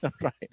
Right